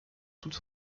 toute